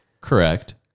Correct